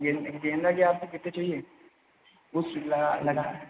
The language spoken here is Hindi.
गेंद गेंदा के आपको कितने चाहिए उस लगा लगा